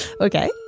Okay